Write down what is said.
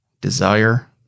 desire